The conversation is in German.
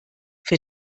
für